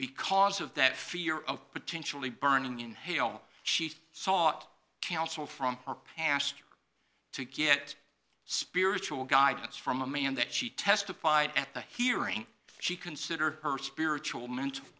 because of that fear of potentially burning in hell she sought counsel from our pastor to get spiritual guidance from a man that she testified at the hearing she considered her spiritual ment